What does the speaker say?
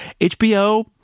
HBO